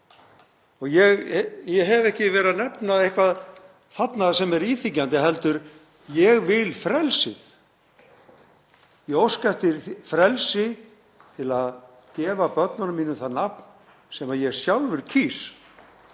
Ég hef ekki verið að nefna eitthvað þarna sem er íþyngjandi. Ég vil frelsi. Ég óska eftir frelsi til að gefa börnunum mínum það nafn sem ég sjálfur kýs.